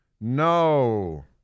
No